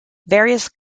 various